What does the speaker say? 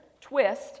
twist